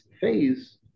phase